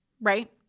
right